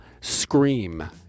scream